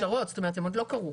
מאושרות, זאת אומרת הן עוד לא קרו.